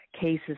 cases